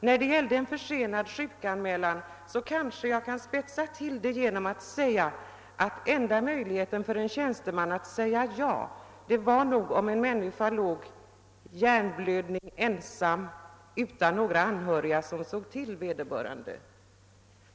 Något tillspetsat kan man säga att enda möjligheten för en tjänsteman att bevilja sjukpenning när det gällde en försenad sjukanmälan var att den sjuke hade legat ensam i hjärnblödning utan några anhöriga som såg till honom.